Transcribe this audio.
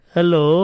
Hello